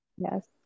Yes